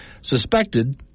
suspected